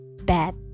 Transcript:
bad